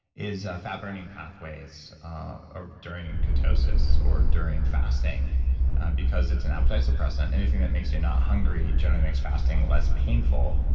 is fat-burning pathways ah during ketosis or during fasting because it's an appetite suppressant. anything that makes you not hungry generally makes fasting less painful,